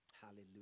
Hallelujah